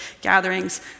gatherings